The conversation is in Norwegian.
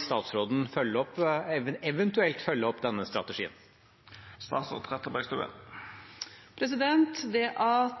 statsråden følge opp strategien?» Det at flere – uavhengig av størrelsen på lommeboken, hvem foreldrene dine er,